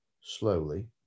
slowly